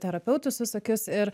terapeutus visokius ir